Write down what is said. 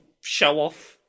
show-off